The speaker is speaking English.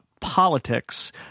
politics